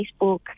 Facebook